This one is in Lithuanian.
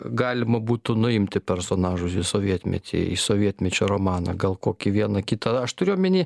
galima būtų nuimti personažus į sovietmetį į sovietmečio romaną gal kokį vieną kitą aš turiu omeny